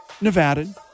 Nevada